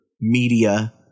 media